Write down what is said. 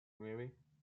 nueve